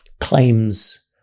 claims